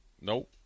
Nope